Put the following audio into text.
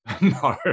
No